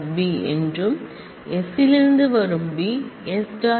b என்றும் s இலிருந்து வரும் b ஐ s